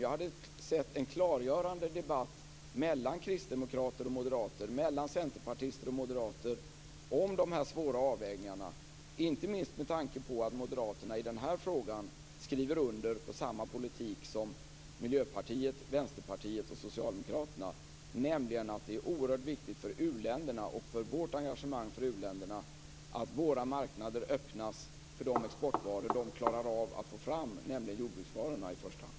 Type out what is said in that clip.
Jag hade gärna sett en klargörande debatt mellan kristdemokrater och moderater, mellan centerpartister och moderater, om de här svåra avvägningarna - inte minst med tanke på att moderaterna i den här frågan skriver under på samma politik som Miljöpartiet, Vänsterpartiet och Socialdemokraterna, nämligen att det är oerhört viktigt för u-länderna och för vårt engagemang för u-länderna att våra marknader öppnas för de exportvaror de klarar av att få fram, i första hand jordbruksvarorna.